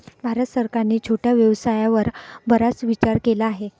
भारत सरकारने छोट्या व्यवसायावर बराच विचार केला आहे